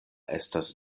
estas